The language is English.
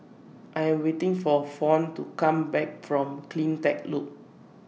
I Am waiting For Fawn to Come Back from CleanTech Loop